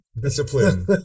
Discipline